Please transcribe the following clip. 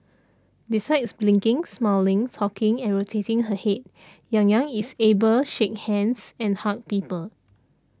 besides blinking smiling talking and rotating her head Yang Yang is able shake hands and hug people